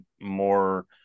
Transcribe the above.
more